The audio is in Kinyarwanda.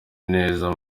neza